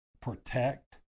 protect